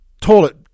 toilet